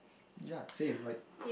ya same like